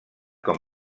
com